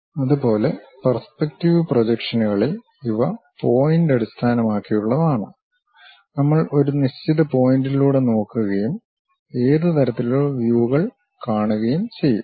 അതുപോലെ പെർസെപ്റ്റീവ് പ്രൊജക്ഷനുകളിൽ ഇവ പോയിന്റ് അടിസ്ഥാനമാക്കിയുള്ളതാണ് നമ്മൾ ഒരു നിശ്ചിത പോയിന്റിലൂടെ നോക്കുകയും ഏത് തരത്തിലുള്ള വ്യൂകൾ കാണുകയും ചെയ്യും